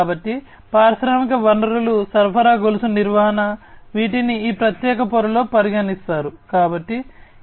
కాబట్టి పారిశ్రామిక వనరులు సరఫరా గొలుసు నిర్వహణ వీటిని ఈ ప్రత్యేక పొరలో పరిగణిస్తారు